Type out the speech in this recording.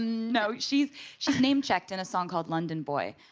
no, she's she's name-checked in a song called london boy.